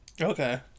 Okay